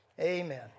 Amen